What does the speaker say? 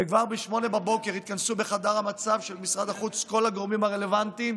וכבר ב-08:00 התכנסו בחדר המצב של משרד החוץ כל הגורמים הרלוונטיים,